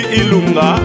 ilunga